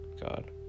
God